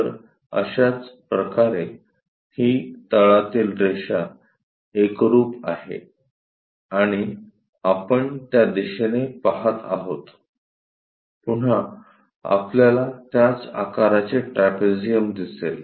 तर तशाच प्रकारे ही तळातील रेषा एकरुप आहे आणि आपण त्या दिशेने पहात आहोत पुन्हा आपल्याला त्याच आकाराचे ट्रॅपेझियम दिसेल